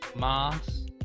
mass